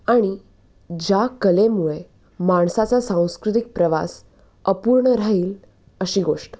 आणि ज्या कलेमुळे माणसाचा सांस्कृतिक प्रवास अपूर्ण राहील अशी गोष्ट